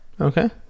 okay